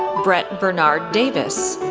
brett bernard davis,